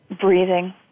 Breathing